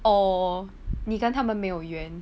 or 你跟他们没有缘